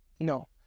No